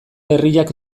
herriak